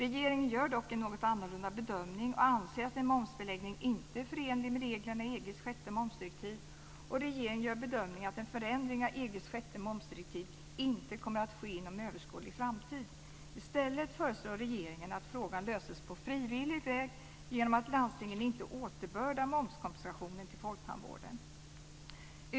Regeringen gör dock en något annorlunda bedömning och anser att en momsbeläggning inte är förenlig med reglerna i EG:s sjätte momsdirektiv. Regeringen gör bedömningen att en förändring av EG:s sjätte momsdirektiv inte kommer att ske inom överskådlig framtid. I stället föreslår regeringen att frågan löses på frivillig väg genom att landstingen inte återbördar momskompensationen till folktandvården.